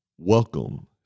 Welcome